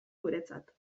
guretzat